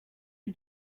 did